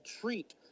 treat